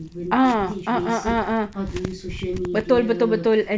even teach basic how to use social media